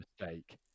mistake